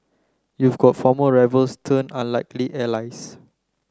you've got former rivals turned unlikely allies